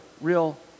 real